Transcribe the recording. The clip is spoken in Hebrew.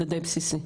זה די בסיסי.